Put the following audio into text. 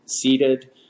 seated